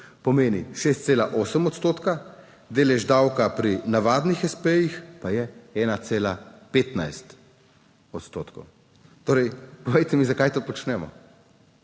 pomeni 6,8 odstotka, delež davka pri navadnih espejih pa je 1,15 odstotkov. Torej, povejte mi, zakaj to počnemo.